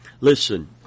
Listen